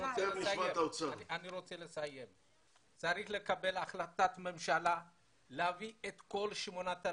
צריך לקבל החלטת ממשלה להביא את כל ה-8,000,